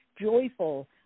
joyful